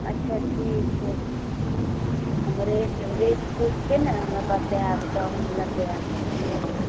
अच्छा ठीक छै हम रेट रेट पूछिके ने हमरा बतायब तऽ हम लेबै आमके पेड़